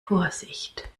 vorsicht